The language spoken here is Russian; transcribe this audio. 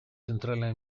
центральное